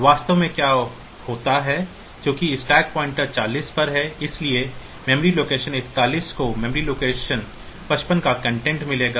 वास्तव में क्या होता है चूंकि स्टैक पॉइंटर 40 पर है इसलिए मेमोरी लोकेशन 41 को मेमोरी लोकेशन 55 का कंटेंट मिलेगा